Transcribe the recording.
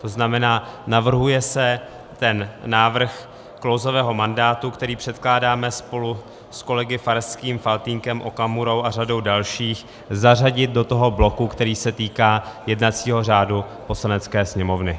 To znamená, navrhuje se ten návrh klouzavého mandátu, který předkládáme spolu s kolegy Farským, Faltýnkem, Okamurou a řadou dalších, zařadit do toho bloku, který se týká jednacího řádu Poslanecké sněmovny.